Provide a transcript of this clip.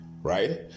Right